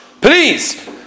Please